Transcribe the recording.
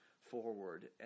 forward